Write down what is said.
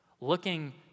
looking